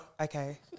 okay